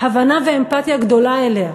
הבנה ואמפתיה גדולה אליה.